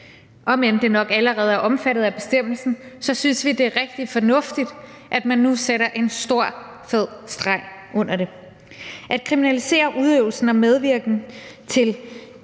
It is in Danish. Om end det nok allerede er omfattet af bestemmelsen, synes vi, det er rigtig fornuftigt, at man nu sætter en stor, fed streg under det. At kriminalisere udøvelse af og medvirken til